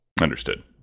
Understood